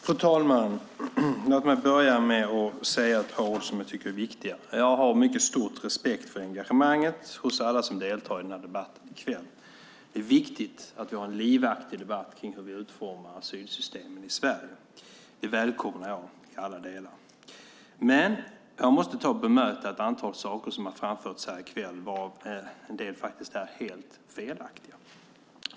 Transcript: Fru talman! Låt mig börja med att säga ett par ord som jag tycker är viktiga. Jag har mycket stor respekt för engagemanget hos alla som deltar i den här debatten i kväll. Det är viktigt att vi har en livaktig debatt kring hur vi utformar asylsystemen i Sverige. Det välkomnar jag i alla delar. Men jag måste bemöta ett antal saker som har framförts här i kväll, varav en del faktiskt är helt felaktiga.